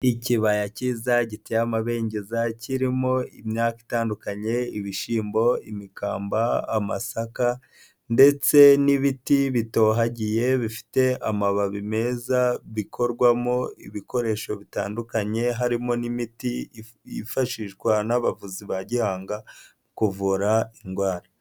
Ikibaya cyiza giteye amabengeza, kirimo imyaka itandukanye, ibishyimbo, imikamba, amasaka ndetse n'ibiti bitohagiye bifite amababi meza bikorwamo ibikoresho bitandukanye, harimo n'imiti yifashishwa n'abavuzi ba gihanga, kuvura indwara.